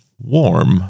warm